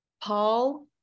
Paul